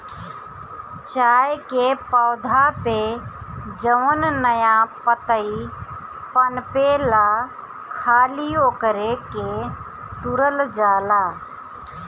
चाय के पौधा पे जवन नया पतइ पनपेला खाली ओकरे के तुरल जाला